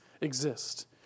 exist